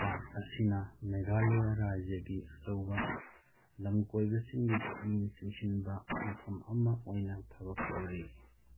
ꯄꯥꯠ ꯑꯁꯤꯅ ꯃꯦꯒꯥꯂꯥꯌꯥ ꯔꯥꯏꯖ꯭ꯌꯥꯒꯤ ꯑꯆꯧꯕ ꯂꯝ ꯀꯣꯏꯕꯁꯤꯡꯒꯤ ꯄꯨꯛꯅꯤꯡ ꯆꯤꯡꯁꯤꯟꯕ ꯃꯐꯝ ꯑꯃ ꯑꯣꯏꯅ ꯊꯕꯛ ꯇꯧꯔꯤ